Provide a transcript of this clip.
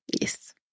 Yes